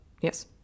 Yes